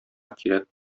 кирәк